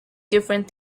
different